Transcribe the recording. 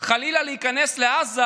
חלילה להיכנס לעזה